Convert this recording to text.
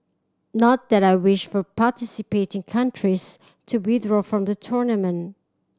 not that I wish for participating countries to withdraw from the tournament